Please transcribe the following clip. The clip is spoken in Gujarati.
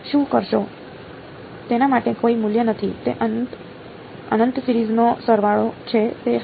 તેના માટે કોઈ મૂલ્ય નથી તે અનંત સિરીજ નો સરવાળો છે તે હા